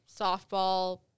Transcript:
softball